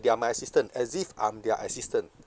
they're my assistant as if I'm their assistant